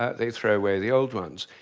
ah they throw away the old ones.